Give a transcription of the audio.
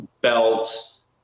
belts